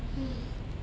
mm